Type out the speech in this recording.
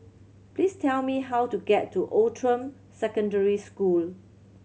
please tell me how to get to Outram Secondary School